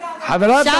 חברת הכנסת,